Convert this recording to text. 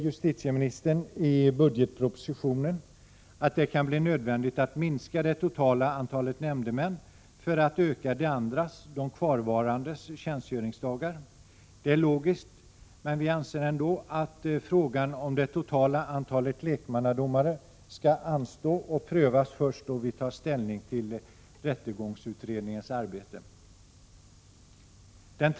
Justitieministern säger i budgetpropositionen att det kan bli nödvändigt att minska det totala antalet nämndemän för att öka de kvarvarande nämndemännens tjänstgöringsdagar. Det är logiskt, men vi anser ändå att behandlingen av frågan om det totala antalet lekmannadomare skall anstå och att frågan skall prövas först då vi tar ställning till rättegångsutredningens arbete.